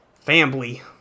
Family